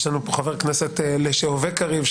יש לנו פה חבר כנסת לשהווה קריב,